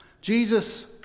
Jesus